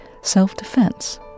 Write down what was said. self-defense